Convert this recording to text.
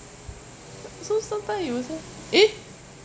so sometime he will say eh